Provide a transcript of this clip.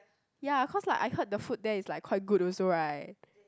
ya cause like I heard the food there is like quite good also right